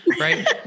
Right